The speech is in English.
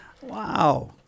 Wow